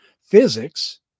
physics